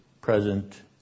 present